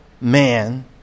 man